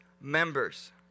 members